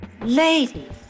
Ladies